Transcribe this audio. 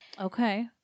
Okay